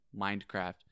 Minecraft